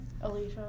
alicia